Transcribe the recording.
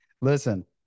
Listen